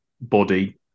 body